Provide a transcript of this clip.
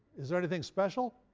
is there anything special?